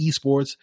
esports